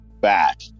back